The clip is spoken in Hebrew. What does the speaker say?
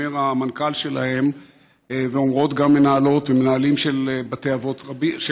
אומר המנכ"ל שלהם ואומרות גם מנהלות ומנהלים של מרכזי